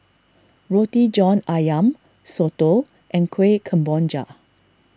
Roti John Ayam Soto and Kueh Kemboja